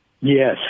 Yes